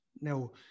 Now